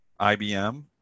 IBM